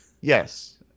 Yes